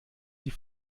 die